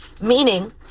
meaning